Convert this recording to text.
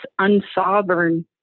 unsovereign